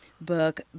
book